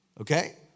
Okay